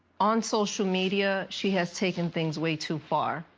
on social media she has taken things way too far.